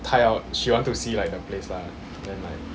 她要 she want to see like the place lah then like